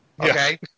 Okay